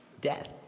death